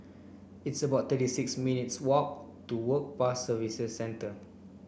it's about thirty six minutes' walk to Work Pass Service Centre